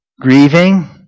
Grieving